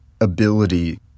ability